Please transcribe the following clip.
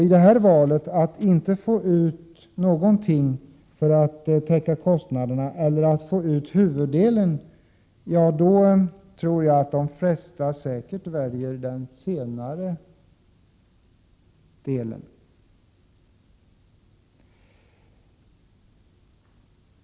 I valet mellan att inte få ut någonting att täcka kostnaderna med eller att få ut huvuddelen, tror jag att de flesta väljer det senare.